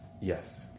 Yes